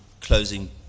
closing